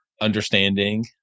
understanding